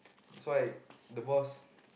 so I the boss